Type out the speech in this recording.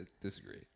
disagree